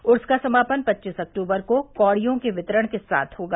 उर्स का समापन पच्चीस अक्टूबर को कौड़ियों के वितरण के साथ होगा